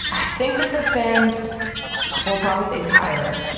i think that the fans will probably say tyler.